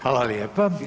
Hvala lijepa.